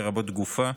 לרבות גופה,